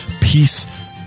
peace